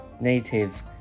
native